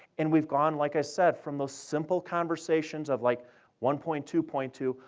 and we've gone, like i said, from those simple conversations of like one point, two point, to,